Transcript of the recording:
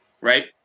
right